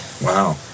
Wow